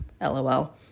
LOL